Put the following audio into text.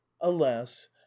alas